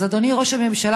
אז אדוני ראש הממשלה,